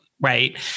right